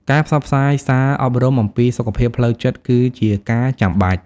ការផ្សព្វផ្សាយសារអប់រំអំពីសុខភាពផ្លូវចិត្តគឺជាការចាំបាច់។